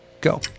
go